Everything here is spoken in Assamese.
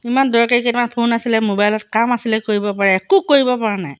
ইমান দৰকাৰী কেইটামান ফোন আছিলে মোবাইলত কাম আছিলে কৰিব পাৰে একো কৰিব পৰা নাই